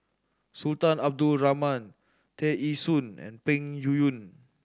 Sultan Abdul Rahman Tear Ee Soon and Peng Yuyun